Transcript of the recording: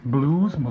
Blues